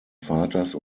vaters